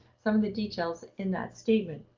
some of the details in that statement.